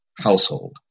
household